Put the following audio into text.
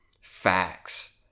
facts